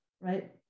right